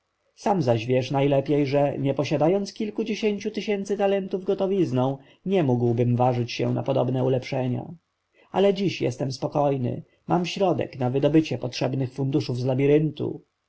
sam zaś wiesz najlepiej że nie posiadając kilkudziesięciu tysięcy talentów gotowizną nie mógłbym ważyć się na podobne ulepszenia ale dziś jestem spokojny mam środek na wydobycie potrzebnych funduszów z